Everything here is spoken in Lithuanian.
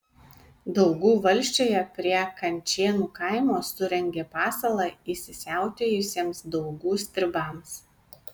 daugų valsčiuje prie kančėnų kaimo surengė pasalą įsisiautėjusiems daugų stribams